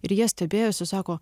ir jie stebėjosi sako